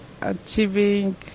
achieving